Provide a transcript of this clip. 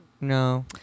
No